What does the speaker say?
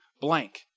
blank